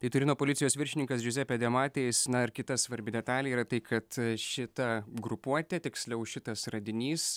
tai turino policijos viršininkas džiuzepė demateis na ir kita svarbi detalė yra tai kad šita grupuotė tiksliau šitas radinys